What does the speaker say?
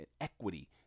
equity